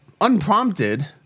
unprompted